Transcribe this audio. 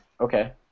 Okay